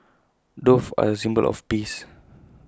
doves are A symbol of peace